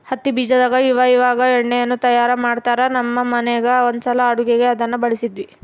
ಹತ್ತಿ ಬೀಜದಾಗ ಇವಇವಾಗ ಎಣ್ಣೆಯನ್ನು ತಯಾರ ಮಾಡ್ತರಾ, ನಮ್ಮ ಮನೆಗ ಒಂದ್ಸಲ ಅಡುಗೆಗೆ ಅದನ್ನ ಬಳಸಿದ್ವಿ